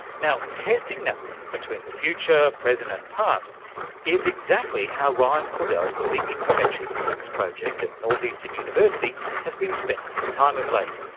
now, testing that link between the future, present and past is exactly how ryan cordell from the infectious texts project at northeastern university has been spending his time of late.